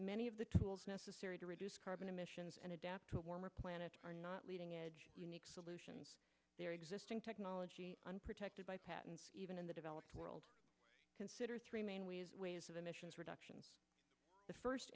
many of the tools necessary to reduce carbon emissions and adapt to a warmer planet are not leading edge unique solutions there existing technology unprotected by patents even in the developed world consider three main ways of emissions reduction the first